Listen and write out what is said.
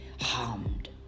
harmed